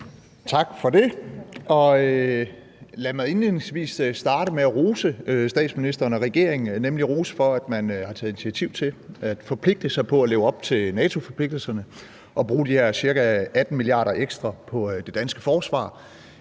Tak for det. Lad mig indledningsvis rose statsministeren og regeringen for, at man har taget initiativ til at forpligte sig til at leve op til NATO-forpligtelserne og bruge de her ca. 18 mia. kr. ekstra på det danske forsvar.